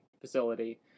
facility